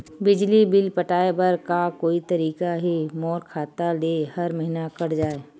बिजली बिल पटाय बर का कोई तरीका हे मोर खाता ले हर महीना कट जाय?